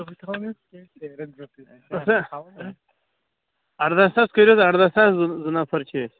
اَرداہ ساس کٔرِو اَرداہ ساس زٕ نَفر چھِ أسۍ